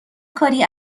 کاری